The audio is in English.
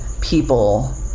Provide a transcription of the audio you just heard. people